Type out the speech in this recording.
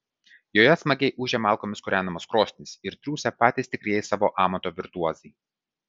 joje smagiai ūžia malkomis kūrenamos krosnys ir triūsia patys tikrieji savo amato virtuozai